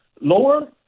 lower